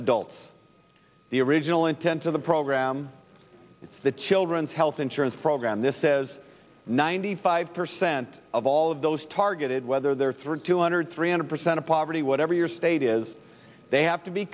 adults the original intent of the program it's the children's health insurance program this says ninety five percent of all of those targeted whether they're through two hundred three hundred percent of poverty whatever your state is they have to be